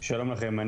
שלום לכם.